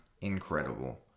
incredible